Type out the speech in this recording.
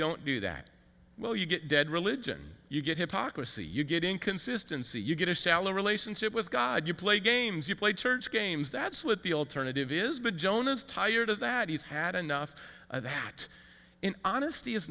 don't do that well you get dead religion you get hypocrisy you get inconsistency you get a shallow relationship with god you play games you play church games that's what the alternative is but jonah's tired of that he's had enough of that in honesty is